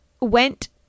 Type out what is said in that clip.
went